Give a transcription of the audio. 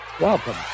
welcome